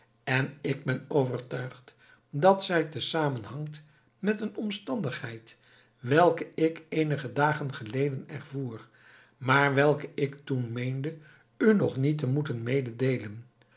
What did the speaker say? en ik ben overtuigd dat zij te zamen hangt met een omstandigheid welke ik eenige dagen geleden ervoer maar welke ik toen meende u nog niet te moeten meedeelen